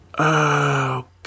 Okay